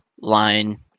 line